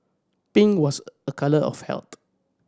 pink was a colour of health